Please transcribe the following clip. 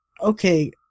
okay